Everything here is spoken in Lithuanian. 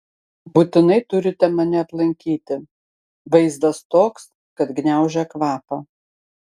būtinai turite mane aplankyti vaizdas toks kad gniaužia kvapą